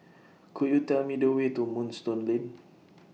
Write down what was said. Could YOU Tell Me The Way to Moonstone Lane